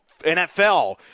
NFL